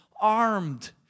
armed